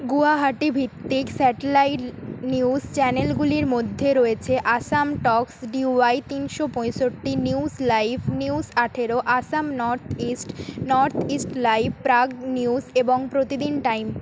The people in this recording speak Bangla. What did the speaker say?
গুয়াহাটি ভিত্তিক স্যাটেলাইট নিউজ চ্যানেলগুলির মধ্যে রয়েছে আসাম টকস ডিওয়াই তিনশো পঁয়ষট্টি নিউজ লাইভ নিউজ আঠেরো Assam north east north east live Prag news এবং প্রতিদিন টাইম